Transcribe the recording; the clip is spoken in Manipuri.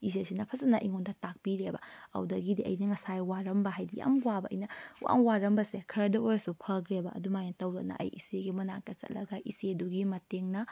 ꯏꯆꯦꯁꯤꯅ ꯐꯖꯅ ꯑꯩꯉꯣꯟꯗ ꯇꯥꯛꯄꯤꯔꯦꯕ ꯑꯗꯨꯗꯒꯤꯗꯤ ꯑꯩꯅ ꯉꯁꯥꯏ ꯋꯥꯔꯝꯕ ꯍꯥꯏꯕꯗꯤ ꯌꯥꯝ ꯋꯥꯕ ꯑꯩꯅ ꯌꯥꯝ ꯋꯥꯔꯝꯕꯁꯦ ꯈꯔꯗ ꯑꯣꯏꯔꯁꯨ ꯐꯈ꯭ꯔꯦꯕ ꯑꯗꯨꯃꯥꯏꯅ ꯇꯧꯗꯅ ꯑꯩ ꯏꯆꯦꯒꯤ ꯃꯅꯥꯛꯇ ꯆꯠꯂꯒ ꯏꯆꯦꯗꯨꯒꯤ ꯃꯇꯦꯡꯅ